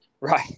right